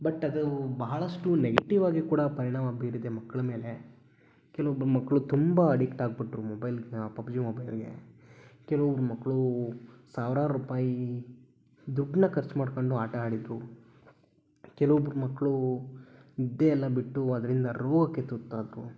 but ಅದು ಬಹಳಷ್ಟು negative ಆಗಿ ಕೂಡ ಪರಿಣಾಮ ಬೀರಿದೆ ಮಕ್ಳ ಮೇಲೆ ಕೆಲವೊಬ್ಬರು ಮಕ್ಕಳು ತುಂಬ ಅಡಿಕ್ಟ್ ಆಗಿಬಿಟ್ರು ಮೊಬೈಲ್ ಪಬ್ಜಿ ಮೊಬೈಲ್ಗೆ ಕೆಲವೊಬ್ಬರು ಮಕ್ಕಳು ಸಾವಿರಾರು ರೂಪಾಯಿ ದುಡ್ಡನ್ನ ಖರ್ಚು ಮಾಡಿಕೊಂಡು ಆಟ ಆಡಿದರು ಕೆಲವೊಬ್ಬರು ಮಕ್ಕಳು ನಿದ್ದೆ ಎಲ್ಲ ಬಿಟ್ಟು ಅದರಿಂದ ರೋಗಕ್ಕೆ ತುತ್ತಾದರು